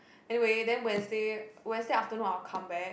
anyway then Wednesday Wednesday afternoon I will come back